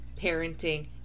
parenting